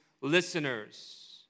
listeners